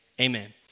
amen